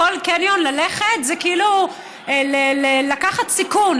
ללכת לכל קניון זה כאילו לקחת סיכון,